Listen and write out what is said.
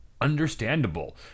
understandable